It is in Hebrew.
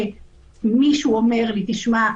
יש לזה יתרון כשמישהו אומר לי: תשמע,